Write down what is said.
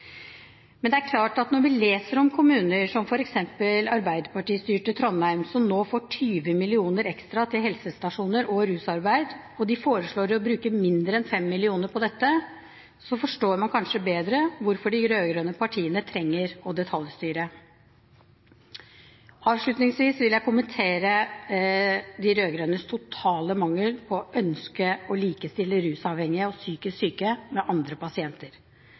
Men det er klart at når vi leser om kommuner som f.eks. arbeiderpartistyrte Trondheim som nå får 20 mill. kr ekstra til helsestasjoner og rusarbeid, og de foreslår å bruke mindre enn 5 mill. kr til dette, så forstår man kanskje bedre hvorfor de rød-grønne partiene trenger å detaljstyre. Avslutningsvis vil jeg kommentere de rød-grønnes totale mangel på å ønske å likestille rusavhengige og psykisk syke med andre pasienter.